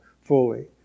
fully